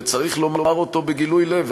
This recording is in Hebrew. וצריך לומר את זה בגילוי לב,